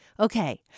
Okay